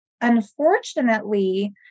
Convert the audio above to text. unfortunately